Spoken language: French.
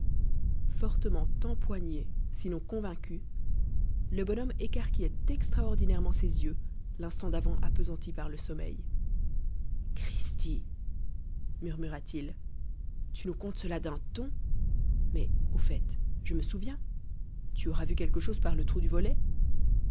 fortement empoigné sinon convaincu le bonhomme écarquillait extraordinairement ses yeux l'instant d'avant appesantis par le sommeil cristi murmura-t-il tu nous contes cela d'un ton mais au fait je me souviens tu auras vu quelque chose par le trou du volet